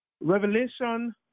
Revelation